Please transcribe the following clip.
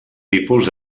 tipus